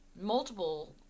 multiple